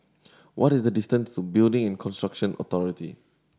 what is the distance to Building and Construction Authority